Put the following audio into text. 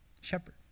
Shepherd